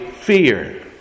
fear